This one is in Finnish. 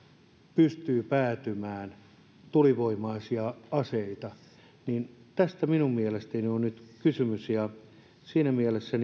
pystyy päätymään tulivoimaisia aseita tästä minun mielestäni on nyt kysymys ja siinä mielessä